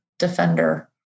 Defender